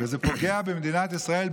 וזה פוגע במדינת ישראל,